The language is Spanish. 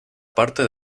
parte